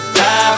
die